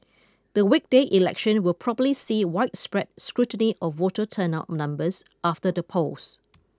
the weekday election will probably see widespread scrutiny of voter turnout numbers after the polls